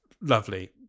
Lovely